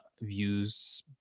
views